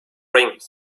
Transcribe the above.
ring